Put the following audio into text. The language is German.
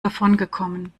davongekommen